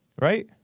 Right